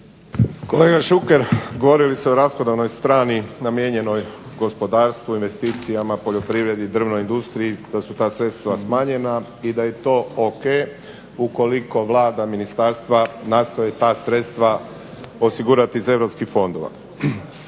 Kolega Šuker, govorili ste o rashodovnoj strani namijenjenoj gospodarstvu, investicijama, poljoprivredi, drvnoj industriji da su ta sredstva smanjena i da je to o.k. ukoliko Vlada, ministarstva nastoje ta sredstva osigurati iz europskih fondova.